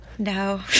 No